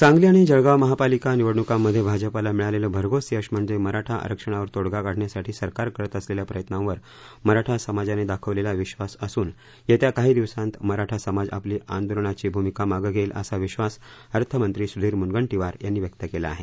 सांगली आणि जळगाव महापालिका निवडणुकामध्ये भाजपाला मिळालेलं भरघोस यश म्हणजे मराठा आरक्षणावर तोडगा काढण्यासाठी सरकार करत असलेल्या प्रयत्नावर मराठा समाजाने दाखवलेला विधास असून येत्या काही दिवसांत मराठा समाज आपली आंदोलनाची भूमिका मागे घेईल असा विधास अर्थमंत्री सुधीर मुनगंटीवार यांनी व्यक्त केला आहे